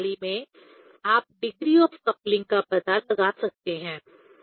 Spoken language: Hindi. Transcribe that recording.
इस प्रणाली में आप डिग्री ऑफ कपलिंग का भी पता लगा सकते हैं